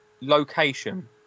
Location